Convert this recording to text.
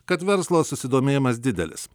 kad verslo susidomėjimas didelis